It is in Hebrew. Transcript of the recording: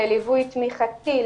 לליווי תמיכתי,